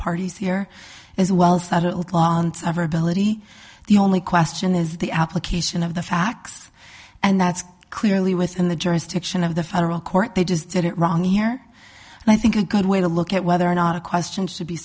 severability the only question is the application of the facts and that's clearly within the jurisdiction of the federal court they just did it wrong here and i think a good way to look at whether or not a question